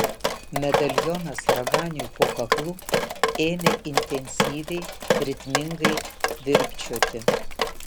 medalionas raganiui po kaklu ėmė intensyviai ritmingai virpčioti